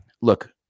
look